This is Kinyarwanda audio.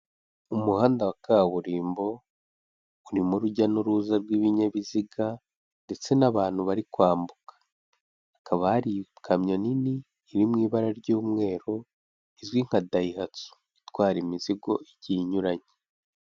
Umuhanda wa kaburimbo urimo rujya n'uruza rw'ibinyabiziga ndetse n'abantu bari kwambuka, hakaba hari ikamyo nini iri mu ibara ry'umweru, izwi nka dayihatsu itwara imizigo igiye inyuranye.